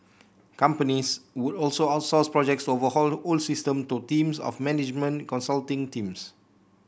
companies would also outsource projects to overhaul old system to teams of management consulting teams